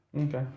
Okay